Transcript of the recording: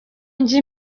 njya